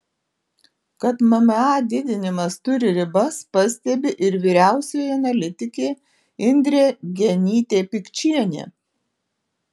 kad mma didinimas turi ribas pastebi ir vyriausioji analitikė indrė genytė pikčienė